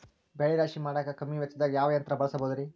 ಬೆಳೆ ರಾಶಿ ಮಾಡಾಕ ಕಮ್ಮಿ ವೆಚ್ಚದಾಗ ಯಾವ ಯಂತ್ರ ಬಳಸಬಹುದುರೇ?